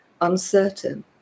uncertain